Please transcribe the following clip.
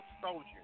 soldier